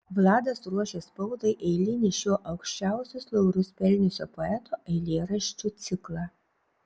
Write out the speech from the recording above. vladas ruošė spaudai eilinį šio aukščiausius laurus pelniusio poeto eilėraščių ciklą